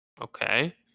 okay